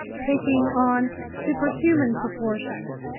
taking on superhuman proportions.